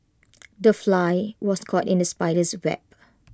the fly was caught in the spider's web